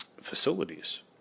facilities